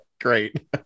great